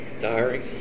Tiring